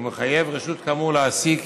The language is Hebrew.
ומחייב רשות כאמור להעסיק